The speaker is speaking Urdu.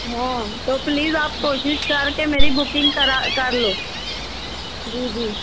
ہاں تو پلیزآپ کوشش کر کے میری بکنگ کرا کر لو جی جی